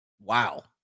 Wow